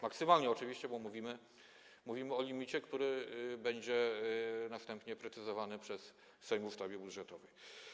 Maksymalnie oczywiście, bo mówimy o limicie, który będzie następnie precyzowany przez Sejm w ustawie budżetowej.